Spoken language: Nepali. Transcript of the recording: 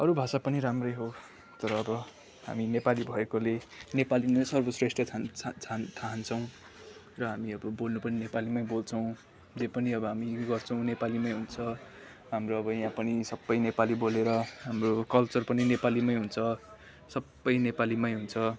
अरू भाषा पनि राम्रै हो तर अब हामी नेपाली भएकोले नेपाली नै सर्वश्रेष्ठ ठान ठान ठान ठान्छौँ र हामी अब बोल्नु पनि नेपालीमै बोल्छौँ जे पनि हामी गर्छौँ नेपालीमै हुन्छ हाम्रो अब यहाँ पनि सबै नेपाली बोलेर हाम्रो कल्चर पनि नेपालीमै हुन्छ सबै नेपालीमै हुन्छ